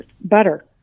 butter